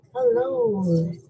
Hello